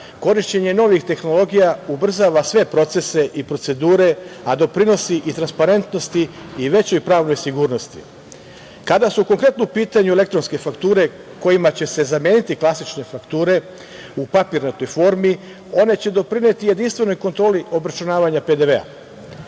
Korišćenje novih tehnologija ubrzava sve procese i procedure, a doprinosi i transparentnosti i većoj pravnoj sigurnosti. Kada su konkretno u pitanju elektronske fakture kojima će se zameniti klasične fakture u papirnatoj formi, one će doprineti jedinstvenoj kontroli obračunavanja PDV,